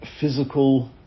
physical